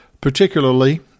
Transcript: particularly